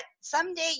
someday